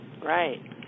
right